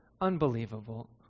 unbelievable